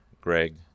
Greg